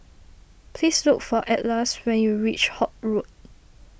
please look for Atlas when you reach Holt Road